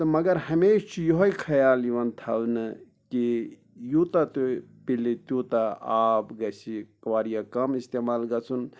تہٕ مَگر ہمیشہٕ چھُ یِہوے خیال یِوان تھاونہٕ کہِ یوٗتاہ تہِ پِلہِ تیوٗتاہ آب گژھِ واریاہ کَم اِستعمال گژھُن